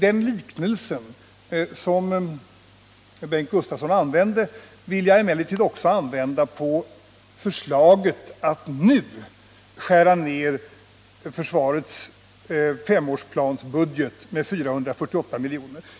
Den liknelse som Bengt Gustavsson använde vill jag emellertid använda på förslaget att nu skära ned försvarets anslag nästa budgetår med 448 milj.kr.